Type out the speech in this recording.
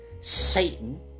Satan